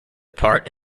part